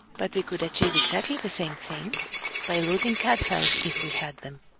but we could achieve exactly the same thing by loading cad files if we had them.